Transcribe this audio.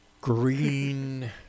green